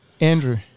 Andrew